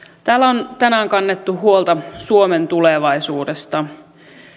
täällä on tänään kannettu huolta suomen tulevaisuudesta